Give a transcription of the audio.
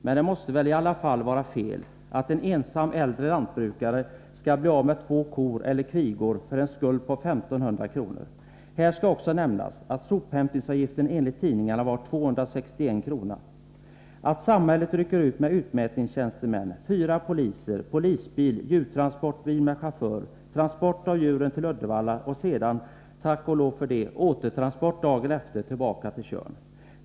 Men det måste väl i alla fall vara fel att en ensam äldre lantbrukare skall kunna bli av med två kor, eller kvigor, för en skuld på 1500 kr. Här skall också nämnas att sophämtningsavgiften enligt tidningarna var 261 kr., att samhället ryckte ut med utmätningstjänstemän, fyra poliser, polisbil, djurtransportbil med chaufför, transport av djuren till Uddevalla och sedan — tack och lov för det — återtransport dagen efter till Tjörn.